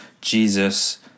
Jesus